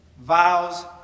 Vows